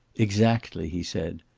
exactly, he said.